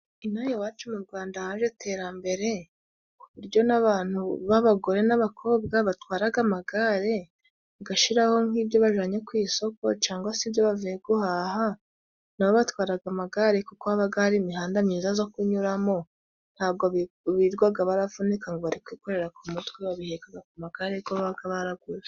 Inaha iwacu mu rwanda haje iterambere kuburyo n'abantu b'abagore n'abakobwa batwaraga amagare bagashiraho nk'ibyo bajanye ku isoko cangwa se ibyo bavuye guhaha nabo batwaraga amagare kuko habaga hari imihanda myiza zo kunyuramo ,ntabwo birirwaga baravunika ngo bari kwikorera ku mutwe babihekaga ku gare go babaga baraguze.